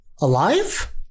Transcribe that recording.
alive